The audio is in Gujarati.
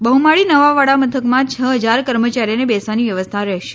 બહ્માળી નવા વડામથકમાં છ હજાર કર્મચારીઓને બેસવાની વ્યવસ્થા રહેશે